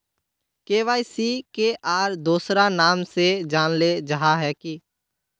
KYC के आर दोसरा नाम से जानले जाहा है की?